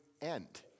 end